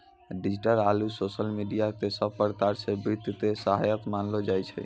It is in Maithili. डिजिटल आरू सोशल मिडिया क सब प्रकार स वित्त के सहायक मानलो जाय छै